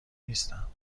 نیستم